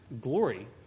glory